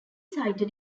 sited